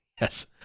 yes